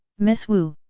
miss wu,